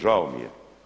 Žao mi je.